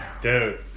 dude